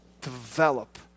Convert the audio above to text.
develop